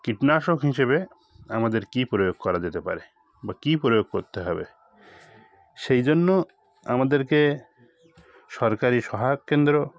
কীটনাশক হিসেবে আমাদের কী প্রয়োগ করা যেতে পারে বা কী প্রয়োগ করতে হবে সেই জন্য আমাদেরকে সরকারি সহায়ক কেন্দ্র